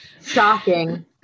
Shocking